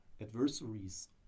adversaries